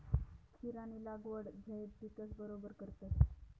खीरानी लागवड झैद पिकस बरोबर करतस